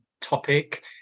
topic